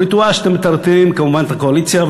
הוא ריטואל שאתם מטרטרים כמובן את הקואליציה,